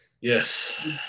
yes